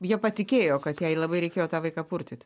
jie patikėjo kad jai labai reikėjo tą vaiką purtyt